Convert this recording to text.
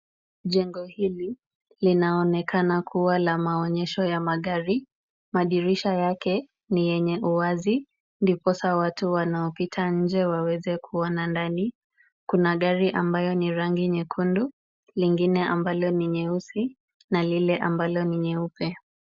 Jengo hili linaonekana kuwa la maonyesho ya magari. Madirisha yake ni yenye uwazi ndiposa watu wanaopita nje waweze kuona ndani. Kuna gari ambayo ni rangi nyekundu, lingine ambalo ni nyeusi na lile ambalo ni nyeupe.